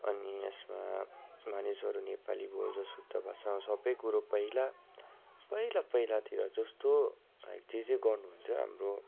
अनि यसमा मानिसहरू नेपाली बोल्छ शुद्ध भाषामा सबै कुरो पहिला पहिला पहिलातिर जस्तो जे जे गर्नुहुन्थ्यो हाम्रो